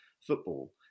football